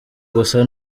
gusa